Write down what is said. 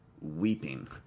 weeping